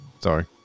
Sorry